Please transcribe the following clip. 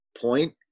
point